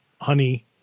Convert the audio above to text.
honey